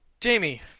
Jamie